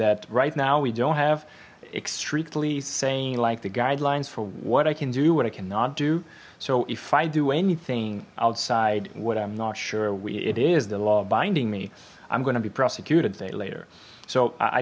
that right now we don't have extremely saying like the guidelines for what i can do what i cannot do so if i do anything outside what i'm not sure we it is the law binding me i'm gonna be prosecuted today later so i